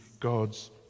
God's